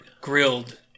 grilled